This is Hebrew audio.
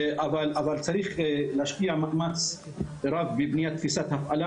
אבל צריך להשקיע מאמץ רב בבניית תפיסת הפעלה